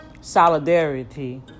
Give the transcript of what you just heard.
solidarity